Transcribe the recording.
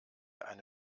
eine